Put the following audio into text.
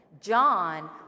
John